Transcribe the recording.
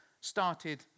started